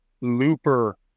looper